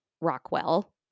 Rockwell